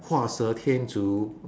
画蛇添足